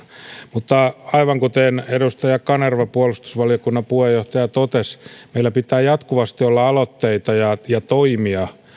mutta aivan kuten edustaja kanerva puolustusvaliokunnan puheenjohtaja totesi meillä pitää jatkuvasti olla aloitteita ja toimia